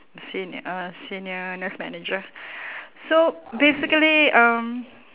senior uh senior nurse manager so basically um